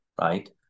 right